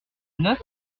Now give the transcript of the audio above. neuf